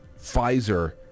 Pfizer